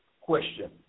question